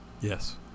yes